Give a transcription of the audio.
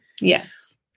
yes